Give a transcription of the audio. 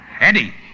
Eddie